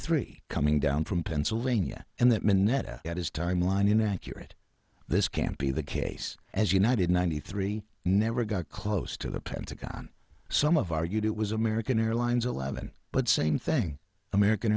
three coming down from pennsylvania and that moneta had his timeline inaccurate this can't be the case as united ninety three never got close to the pentagon some of argued it was american airlines eleven but same thing american